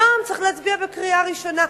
היום צריך להצביע בקריאה ראשונה.